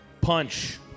Punch